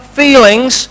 feelings